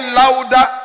louder